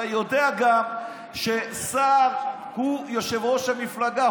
אתה יודע גם שסער הוא יושב-ראש המפלגה,